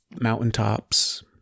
mountaintops